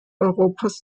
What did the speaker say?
europas